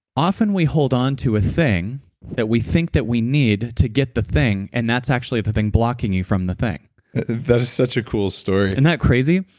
often we hold onto a thing that we think that we need to get the thing, and that's actually the thing blocking you from the thing that is such a cool story isn't and that crazy?